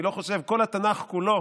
כל התנ"ך כולו